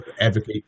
advocate